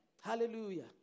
hallelujah